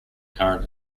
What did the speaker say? current